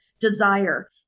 desire